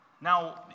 Now